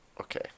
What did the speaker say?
Okay